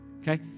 Okay